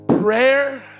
Prayer